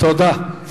תודה.